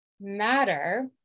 matter